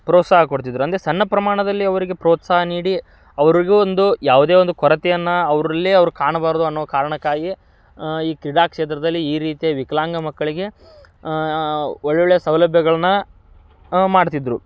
ಪ್ರೋತ್ಸಾಹ ಕೊಡ್ತಿದ್ದರು ಅಂದ್ರೆ ಸಣ್ಣ ಪ್ರಮಾಣದಲ್ಲಿ ಅವರಿಗೆ ಪ್ರೋತ್ಸಾಹ ನೀಡಿ ಅವರಿಗೂ ಒಂದು ಯಾವುದೇ ಒಂದು ಕೊರತೆಯನ್ನು ಅವರಲ್ಲೇ ಅವರು ಕಾಣಬಾರ್ದು ಅನ್ನೋ ಕಾರಣಕ್ಕಾಗಿ ಈ ಕ್ರೀಡಾ ಕ್ಷೇತ್ರದಲ್ಲಿ ಈ ರೀತಿಯ ವಿಕಲಾಂಗ ಮಕ್ಕಳಿಗೆ ಒಳ್ಳೊಳ್ಳೆಯ ಸೌಲಭ್ಯಗಳನ್ನ ಮಾಡ್ತಿದ್ದರು